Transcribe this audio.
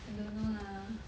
I don't know lah